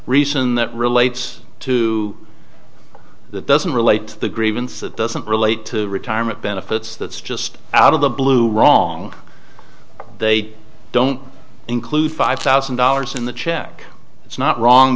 reason that relates to that doesn't relate to the grievance that doesn't relate to retirement benefits that's just out of the blue wrong they don't include five thousand dollars in the check it's not wrong